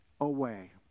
away